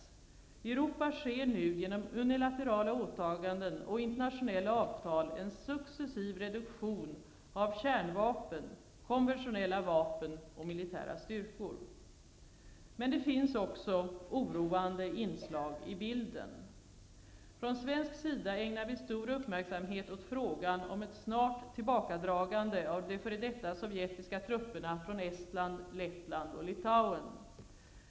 I Europa sker nu genom unilaterala åtaganden och internationella avtal en successiv reduktion av kärnvapen, konventionella vapen och militära styrkor. Men det finns också oroande inslag i bilden. Från svensk sida ägnar vi stor uppmärksamhet åt frågan om ett snart tillbakadragande av de f.d. sovjetiska trupperna från Estland, Lettland och Litauen.